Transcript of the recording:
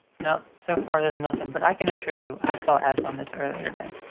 nope. so far there's nothing, but i can assure you i saw ads on this earlier today.